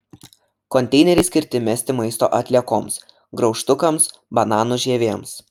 konteineriai skirti mesti maisto atliekoms graužtukams bananų žievėms